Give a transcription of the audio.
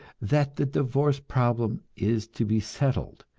that the divorce problem is to be settled,